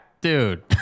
Dude